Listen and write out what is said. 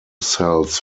cells